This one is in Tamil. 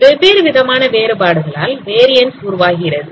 வெவ்வேறு விதமான வேறுபாடுகளால் வேரியண்ஸ் உருவாகிறது